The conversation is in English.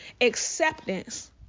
acceptance